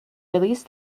release